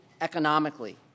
economically